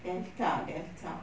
delta delta